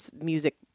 music